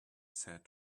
said